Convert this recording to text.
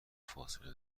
فاصله